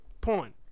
Porn